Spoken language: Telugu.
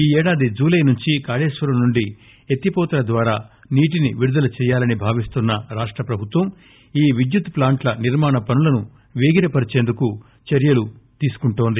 ఈ ఏడాది జులై నుండి కాళేశ్వరంనుండి ఎత్తిపోతల ద్వారా నీటిని విడుదల చేయాలని భావిస్తున్న రాష్టప్రభుత్వం విద్యుత్ ప్లాంట్ల నిర్మాణ పనులను పేగిరపరిచేందుకు చర్చలు తీసుకుంటోంది